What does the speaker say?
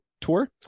Tour